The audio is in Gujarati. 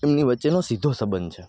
એમની વચ્ચેનો સીધો સબંધ છે